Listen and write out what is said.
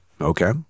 okay